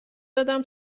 دادم